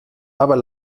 aber